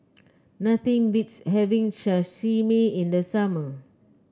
nothing beats having Sashimi in the summer